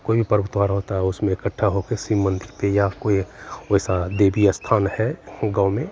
कोई भी पर्व त्योहार होता है उसमें इकट्ठा होके किसी मंदिर पे या कोई वैसा देवी स्थान है गाँव में